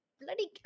bloody